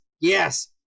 yes